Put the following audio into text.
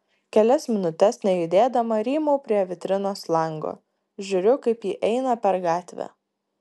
kelias minutes nejudėdama rymau prie vitrinos lango žiūriu kaip ji eina per gatvę